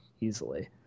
easily